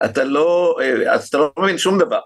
אתה לא, אז אתה לא מבין שום דבר.